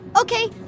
Okay